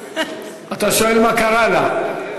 אתה שואל מה קרה לה.